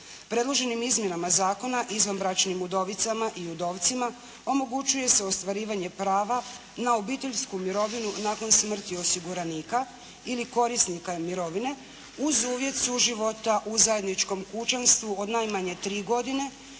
Predloženim izmjenama zakona izvanbračnim udovicama i udovcima omogućuje se ostvarivanje prava na obiteljsku mirovinu nakon smrti osiguranika ili korisnika mirovine uz uvjet suživota u zajedničkom kućanstvu od najmanje tri godine